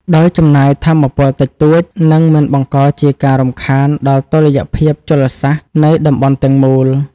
ដោយចំណាយថាមពលតិចតួច និងមិនបង្កជាការរំខានដល់តុល្យភាពជលសាស្ត្រនៃតំបន់ទាំងមូល។